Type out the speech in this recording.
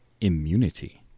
Immunity